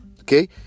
Okay